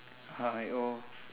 ha~ oh